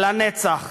לנצח.